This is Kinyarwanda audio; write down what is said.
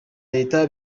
leta